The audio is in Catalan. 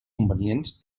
convenients